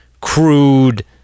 crude